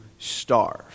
starve